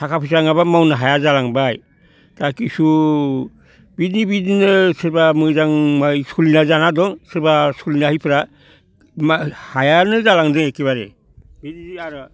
थाखा फैसा नङाब्ला मावनो हाया जालांबाय दा खिसु बिदि बिदिनो सोरबा मोजाङै सलिना जाना दं सोरबा सलिनो हायिफोरा हायानो जालांदो एखेबारे बिदि आरो